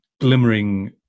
glimmering